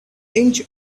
inch